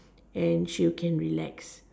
and she can relax